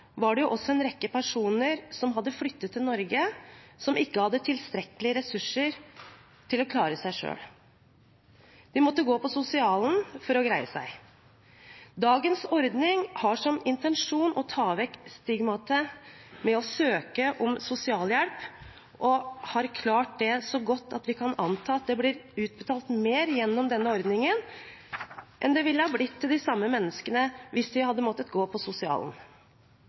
var det også en rekke personer som hadde flyttet til Norge som ikke hadde tilstrekkelig ressurser til å klare seg selv. De måtte gå på sosialen for å greie seg. Dagens ordning har som intensjon å ta vekk stigmaet ved å søke om sosialhjelp og har klart det så godt at vi kan anta at det blir utbetalt mer gjennom denne ordningen enn det ville ha blitt til de samme menneskene hvis de hadde måttet gå på sosialen.